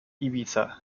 ibiza